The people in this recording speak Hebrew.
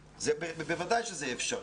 בוודאי שזה אפשרי.